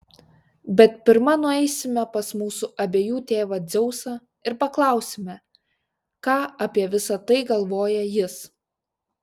bet pirma nueisime pas mūsų abiejų tėvą dzeusą ir paklausime ką apie visa tai galvoja jis